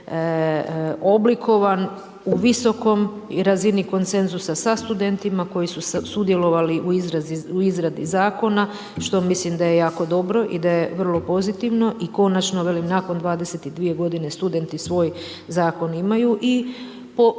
oblikovan u visokom i razini konsenzusa sa studentima koji su sudjelovali u izradi zakona što mislim da je jako dobro i da je vrlo pozitivno i konačno velim, nakon 22 g. studenti svoj zakon imaju i